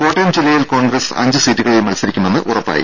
കോട്ടയം ജില്ലയിൽ കോൺഗ്രസ് അഞ്ച് സീറ്റുകളിൽ മൽസരിക്കുമെന്ന് ഉറപ്പായി